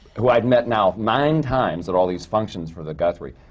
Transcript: who i had met now nine times at all these functions for the guthrie,